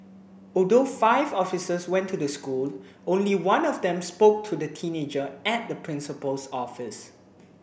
although five officers went to the school only one of them spoke to the teenager at the principal's office